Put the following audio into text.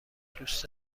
دوست